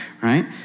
right